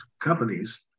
companies